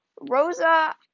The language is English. Rosa